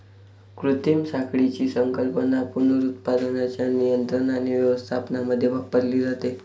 कृत्रिम साखळीची संकल्पना पुनरुत्पादनाच्या नियंत्रण आणि व्यवस्थापनामध्ये वापरली जाते